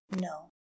No